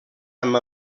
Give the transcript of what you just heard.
amb